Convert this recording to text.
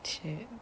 !chey!